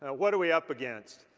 ah what are we up against?